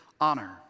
honor